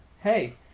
Hey